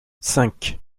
cinq